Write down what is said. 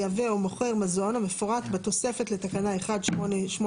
מייבא או מוכר מזון המפורט בתוספת לתקנה 1881/2006,